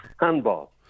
handball